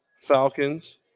Falcons